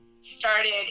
started